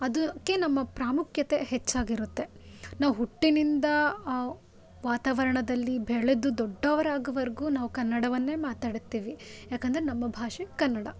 ಅದಕ್ಕೆ ನಮ್ಮ ಪ್ರಾಮುಖ್ಯತೆ ಹೆಚ್ಚಾಗಿರುತ್ತೆ ನಾವು ಹುಟ್ಟಿನಿಂದ ವಾತಾವರಣದಲ್ಲಿ ಬೆಳೆದು ದೊಡ್ಡವರಾಗೋವರೆಗೂ ನಾವು ಕನ್ನಡವನ್ನೇ ಮಾತಾಡುತ್ತೀವಿ ಯಾಕಂದರೆ ನಮ್ಮ ಭಾಷೆ ಕನ್ನಡ